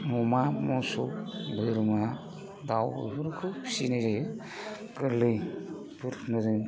अमा मोसौ बोरमा दाउ बेफोरखौ फिनाय जायो गोरलै फोरखौ